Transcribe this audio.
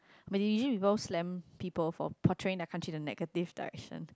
but did you ever slam people for portraying the country in negative direction